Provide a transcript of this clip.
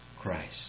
Christ